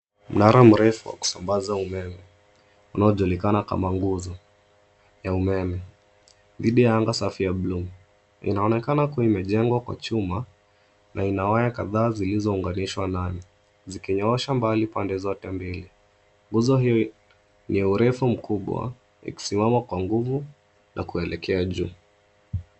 Mnara mrefu wa kusambaza umeme unaojulikana kama nguzo ya umeme dhidi ya anga safi ya bluu. Inaonekana kuwa imejengwa kwa chuma na ina waya kadhaa zilizounganishwa nayo, zikinyoosha mbali pande zote mbili. Nguzo hii ni urefu mkubwa ikisimama kwa nguvu na kuelekea juu.